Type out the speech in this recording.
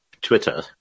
Twitter